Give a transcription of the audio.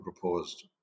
proposed